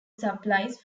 supplies